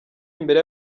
imbere